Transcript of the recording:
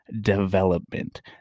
development